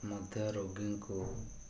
ମଧ୍ୟ ରୋଗୀଙ୍କୁ